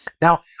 Now